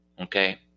Okay